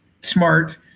smart